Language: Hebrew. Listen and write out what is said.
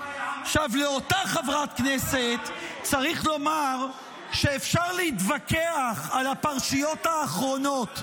לאותה חברת כנסת צריך לומר שאפשר להתווכח על הפרשיות האחרונות.